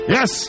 Yes